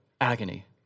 agony